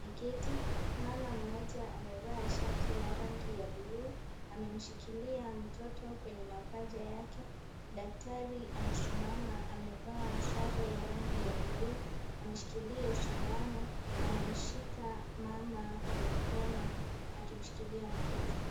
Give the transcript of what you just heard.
Ameketi. Mama mmoja amevaa shati na rangi ya bluu, amemshikilia mtoto kwenye mapaja yake, daktari amesimama, amevaa sare ya rangi ya bluu, ameshikilia sindano, amemshika mama kwenye mkono, akimshikilia mtoto.